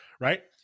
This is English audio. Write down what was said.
right